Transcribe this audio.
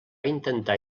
intentar